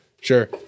Sure